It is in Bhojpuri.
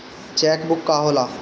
चेक बुक का होला?